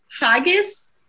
haggis